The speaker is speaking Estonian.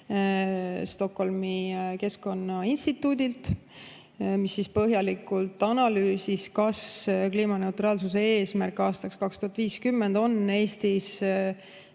Stockholmi Keskkonnainstituudilt. Põhjalikult analüüsiti, kas kliimaneutraalsuse eesmärk aastaks 2050 on Eestis